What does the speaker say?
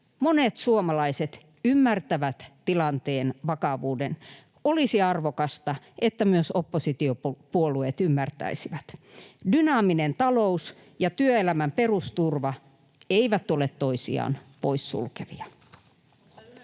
Monet suomalaiset ymmärtävät tilanteen vakavuuden. Olisi arvokasta, että myös oppositiopuolueet ymmärtäisivät. Dynaaminen talous ja työelämän perusturva eivät ole toisiaan poissulkevia.